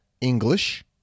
English